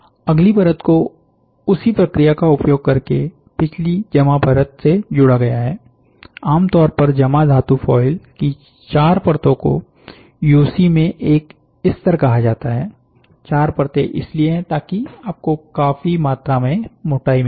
अगली परत को उसी प्रक्रिया का उपयोग करके पिछली जमा परत से जोड़ा गया है आमतौर पर जमा धातु फॉयल की चार परतो को यूसी में एक स्तर कहा जाता हैं चार परते इसलिए है ताकि आपको काफी मात्रा में मोटाई मिल सके